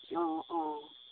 অ অ